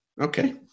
okay